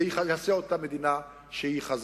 זה יעשה אותה מדינה חזקה.